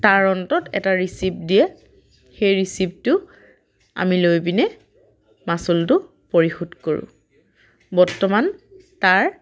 তাৰ অন্তত এটা ৰিচিপ্ট দিয়ে সেই ৰিচিপ্টটো আমি লৈ পিনে মাচুলটো পৰিশোধ কৰোঁ বৰ্তমান তাৰ